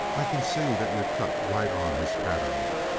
i can see that you're cut right on his pattern.